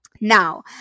now